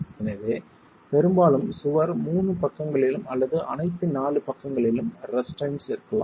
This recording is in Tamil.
எனவே பெரும்பாலும் சுவர் 3 பக்கங்களிலும் அல்லது அனைத்து 4 பக்கங்களிலும் ரெஸ்ட்ரைன்ட்ஸ் இருக்கலாம்